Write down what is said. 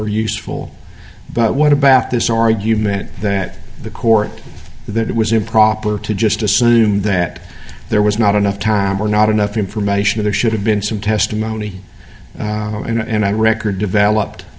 or useful but what about this argue that the court that it was improper to just assume that there was not enough time or not enough information there should have been some testimony and i record developed